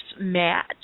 match